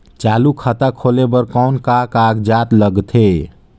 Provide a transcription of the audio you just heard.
चालू खाता खोले बर कौन का कागजात लगथे?